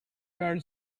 girl